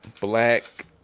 black